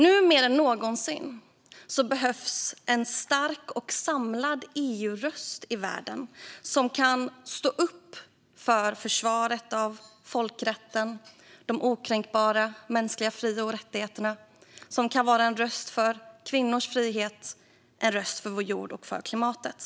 Nu mer än någonsin behövs en stark och samlad EU-röst i världen som kan stå upp för försvaret av folkrätten och de okränkbara mänskliga fri och rättigheterna och som kan vara en röst för kvinnors frihet, en röst för vår jord och för klimatet.